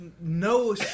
no